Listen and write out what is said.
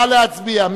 נא להצביע.